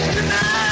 Tonight